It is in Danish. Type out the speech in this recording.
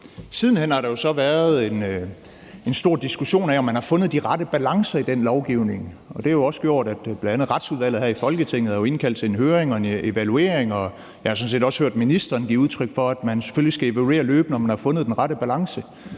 Siden hen har der jo så været en stor diskussion af, om man har fundet de rette balancer i den lovgivning, og det har jo også gjort, at bl.a. Retsudvalget her i Folketinget har indkaldt til en høring og spurgt til en evaluering. Jeg har sådan set også hørt ministeren give udtryk for, at man selvfølgelig løbende skal evaluere, om man har fundet den rette balance.